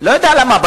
אני לא יודע למה,